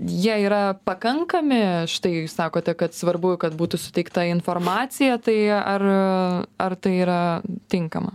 jie yra pakankami štai jūs sakote kad svarbu kad būtų suteikta informacija tai ar ar tai yra tinkama